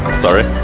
sorry!